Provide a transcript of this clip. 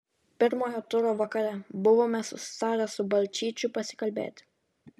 pirmojo turo vakare buvome susitarę su balčyčiu pasikalbėti